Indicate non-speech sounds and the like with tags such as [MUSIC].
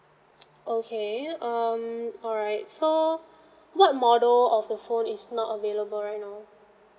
[NOISE] okay um alright so what model of the phone is not available right now